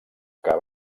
que